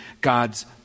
God's